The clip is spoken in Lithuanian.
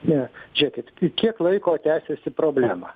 ne žiūrėkit ir kiek laiko tęsiasi problema